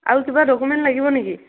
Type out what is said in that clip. আৰু কিবা ডকুমেণ্ট লাগিব নেকি